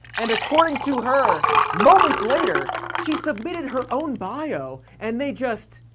and according to her moments later she submitted her own bio, and they just.